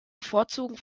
bevorzugen